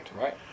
Right